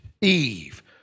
Eve